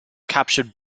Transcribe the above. captured